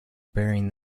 burying